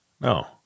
No